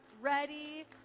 ready